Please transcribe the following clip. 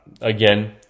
again